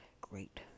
great